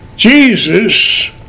Jesus